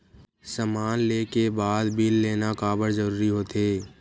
समान ले के बाद बिल लेना काबर जरूरी होथे?